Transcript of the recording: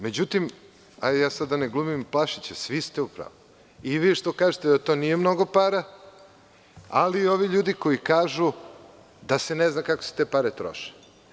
Međutim, da ne glumim Pašića, svi ste u pravu, i vi što kažete da to nije mnogo para, ali i ovi ljudi koji kažu da se ne zna kako se te pare troše.